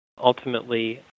Ultimately